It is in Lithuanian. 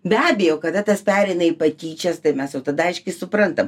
be abejo kada tas pereina į patyčias tai mes jau tada aiškiai suprantam